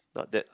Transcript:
not that